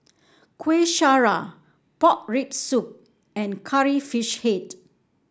Kueh Syara Pork Rib Soup and Curry Fish Head